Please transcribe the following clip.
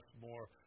more